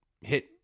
hit